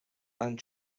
and